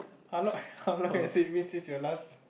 how long how long has it been since your last